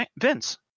Vince